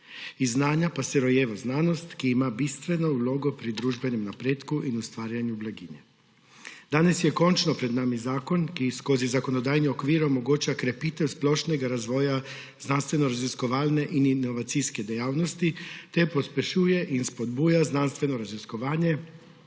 Iz znanja pa se rojeva znanost, ki ima bistveno vlogo pri družbenem napredku in ustvarjanju blaginje. Danes je končno pred nami zakon, ki skozi zakonodajni okvir omogoča krepitev splošnega razvoja znanstvenoraziskovalne in inovacijske dejavnosti ter pospešuje in spodbuja znanstveno raziskovanje,